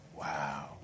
Wow